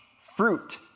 fruit